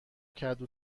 کدو